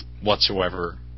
whatsoever